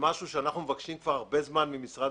דרך משהו שאנחנו מבקשים כבר הרבה זמן ממשרד